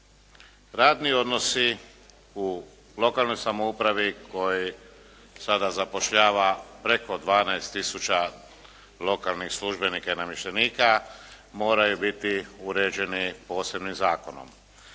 radni odnosi u lokalnoj samoupravi koji sada zapošljava preko 12 tisuća lokalnih službenika i namještenika moraju biti uređeni posebnim zakonom.